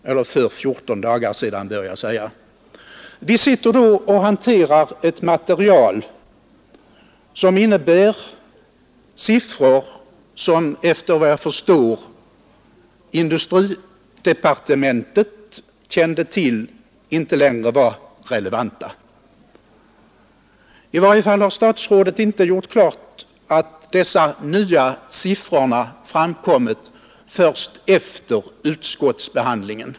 Vi hade då att arbeta med ett material byggt på siffror, som inte var relevanta, och såvitt jag förstår kände man inom industridepartementet till detta förhållande. I varje fall har statsrådet inte gjort klart att dessa nya siffror framkommit först efter utskottsbehandlingen.